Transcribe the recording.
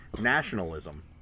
nationalism